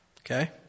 Okay